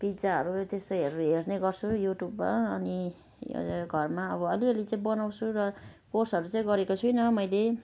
पिज्जाहरू त्यस्तोहरू हेर्ने गर्छु युट्युबमा अनि घरमा अलिअलि चाहिँ बनाउँछु र कोर्सहरू चाहिँ गरेको छुइनँ मैले